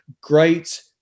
great